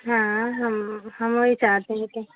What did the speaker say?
हाँ हम हम वही चाहते हैं की